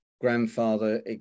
grandfather